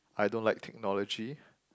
I don't like technology